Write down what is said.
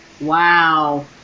Wow